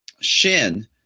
Shin